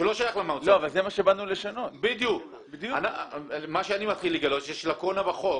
מה שאני מתחיל לגלות זה שיש לקונה בחוק